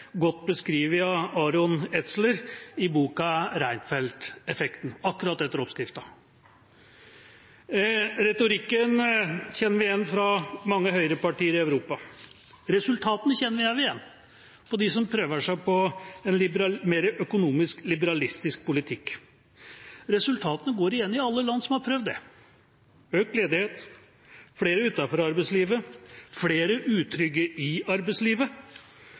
godt beskrevet at Aron Etzler i boka Reinfeldteffekten – akkurat etter oppskriften. Retorikken kjenner vi igjen fra mange høyrepartier i Europa. Resultatene kjenner vi også igjen fra dem som prøver seg på en mer liberalistisk økonomisk politikk. Resultatene går igjen i alle land som har prøvd det: økt ledighet, flere utenfor arbeidslivet og flere utrygge i arbeidslivet.